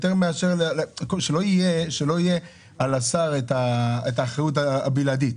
כדי שלא תהיה על השר האחריות הבלעדית.